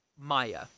Maya